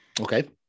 Okay